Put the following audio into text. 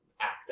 act